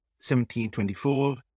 1724